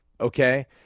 Okay